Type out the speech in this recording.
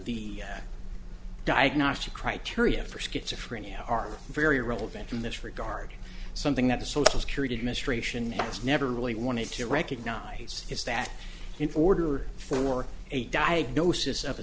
the diagnostic criteria for schizophrenia are very relevant in this regard something that the social security administration has never really wanted to recognize is that in order for a diagnosis of a